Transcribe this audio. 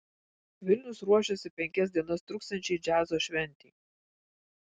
vilnius ruošiasi penkias dienas truksiančiai džiazo šventei